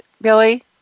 Billy